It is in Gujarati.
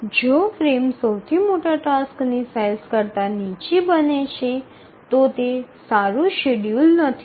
જો ફ્રેમ સૌથી મોટા ટાસ્કની સાઇઝ કરતા નીચી બને છે તો તે સારું શેડ્યૂલ નથી